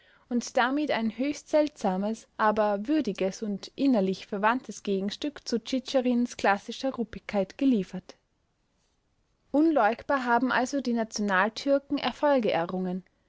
und damit ein höchst seltsames aber würdiges und innerlich verwandtes gegenstück zu tschitscherins klassischer ruppigkeit geliefert unleugbar haben also die nationaltürken erfolge errungen